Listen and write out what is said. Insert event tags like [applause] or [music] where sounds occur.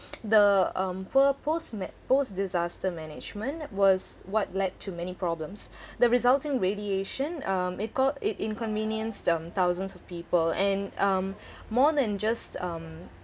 the um poor post ma~ post-disaster management was what led to many problems [breath] the resulting radiation um it cau~ it inconvenienced the um thousands of people and um [breath] more than just um